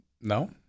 No